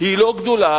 היא לא גדולה,